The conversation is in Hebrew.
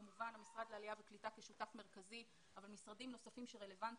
כמובן המשרד לעלייה וקליטה כשותף מרכזי אבל משרדים נוספים שרלוונטיים,